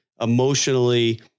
emotionally